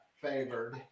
favored